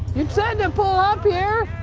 and pull up here!